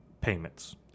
Payments